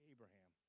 Abraham